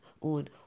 on